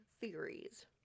theories